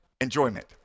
enjoyment